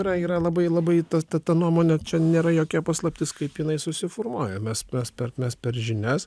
yra yra labai labai ta ta ta nuomonė čia nėra jokia paslaptis kaip jinai susiformuoja mes mes per mes per žinias